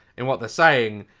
in what they're saying.